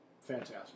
Fantastic